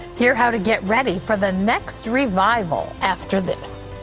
hear how to get ready for the next revival, after this.